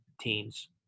teams